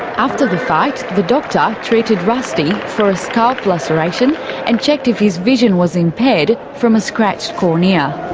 after the fight, the doctor treated rusty for a scalp laceration and checked if his vision was impaired from a scratched cornea.